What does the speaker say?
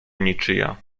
niczyja